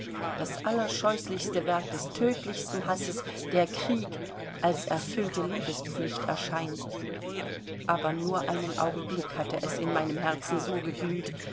das allerscheußlichste werk des tödlichsten hasses der krieg als erfüllte liebespflicht erscheint aber nur einen augenblick hatte es in meinem herzen so geglüht